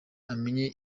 amenye